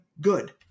good